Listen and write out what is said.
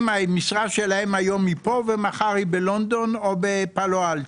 המשרה שלהם היום היא פה ומחר בלונדון או בפלו אלטו.